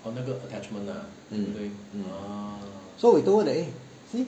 so we told her that eh see